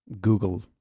Google